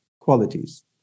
qualities